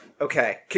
Okay